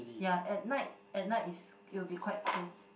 ya at night at night is it will be quite cold